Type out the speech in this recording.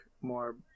more